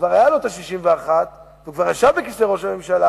וכבר היו לו ה-61, והוא כבר ישב בכיסא ראש הממשלה,